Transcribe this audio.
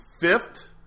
fifth